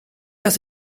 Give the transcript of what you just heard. dass